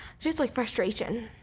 just like frustration